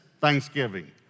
Thanksgiving